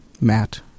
Matt